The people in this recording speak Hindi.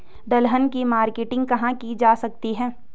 दलहन की मार्केटिंग कहाँ की जा सकती है?